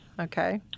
Okay